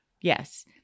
Yes